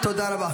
תודה רבה.